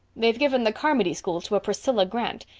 they've given the carmody school to a priscilla grant.